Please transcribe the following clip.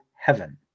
heaven